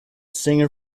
singer